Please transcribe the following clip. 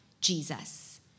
Jesus